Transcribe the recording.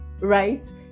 right